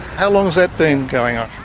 how long has that been going on?